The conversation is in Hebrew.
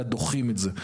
אלא דוחים את זה.